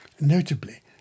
notably